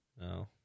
No